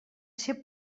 ser